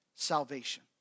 salvation